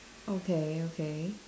okay okay